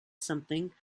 something